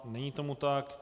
Není tomu tak.